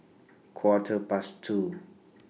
Quarter Past two